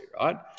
right